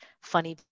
funny